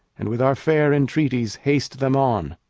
and with our fair entreaties haste them on.